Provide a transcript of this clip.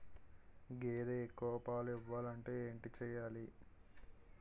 గేదె ఎక్కువ పాలు ఇవ్వాలంటే ఏంటి చెయాలి?